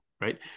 right